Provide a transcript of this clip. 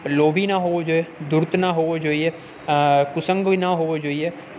લોભી ન હોવો જોએ ધૂર્ત ન હોવો જોઈએ કુસંગવી ન હોવો જોઈએ